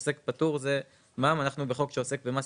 עוסק פטור זה מע"מ ואנחנו בחוק שעוסק במס